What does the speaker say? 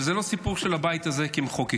וזה לא סיפור של הבית הזה כמחוקקים,